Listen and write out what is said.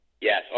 Yes